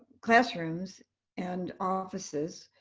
classrooms and offices.